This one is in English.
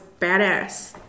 badass